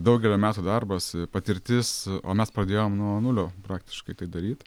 daugelio metų darbas patirtis o mes pradėjom nuo nulio praktiškai tai daryt